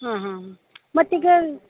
ಹಾಂ ಹಾಂ ಮತ್ತೀಗ